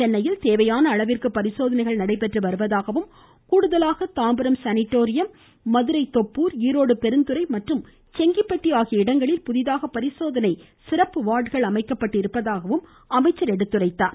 சென்னையில் தேவையான அளவிற்கு பரிசோதனைகள் நடைபெற்று வருவதாகவும் கூடுதலாக தாம்பரம் சானிடோரியம் மதுரை தொப்பூர் ஈரோடு பெருந்துறை மற்றும் செங்கிப்பட்டி ஆகிய இடங்களில் புதிதாக பரிசோதனை சிறப்பு வார்டுகள் அமைக்கப்பட்டு இருப்பதாகவும் அமைச்சர் தெரிவித்தார்